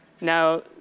Now